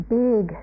big